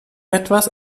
etwas